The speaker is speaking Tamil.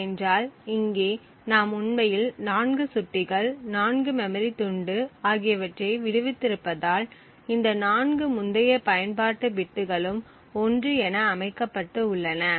ஏனென்றால் இங்கே நாம் உண்மையில் 4 சுட்டிகள் 4 மெமரி துண்டு ஆகியவற்றை விடுவித்திருப்பதால் இந்த 4 முந்தைய பயன்பாட்டு பிட்களும் 1 என அமைக்கப்பட்டு உள்ளன